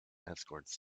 escorts